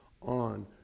on